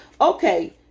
okay